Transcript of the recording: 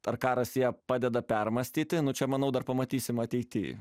ar karas ją padeda permąstyti nu čia manau dar pamatysim ateityj